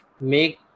make